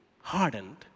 hardened